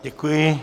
Děkuji.